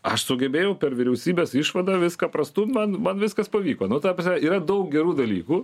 aš sugebėjau per vyriausybės išvadą viską prastumt man man viskas pavyko nu ta prasme yra daug gerų dalykų